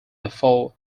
before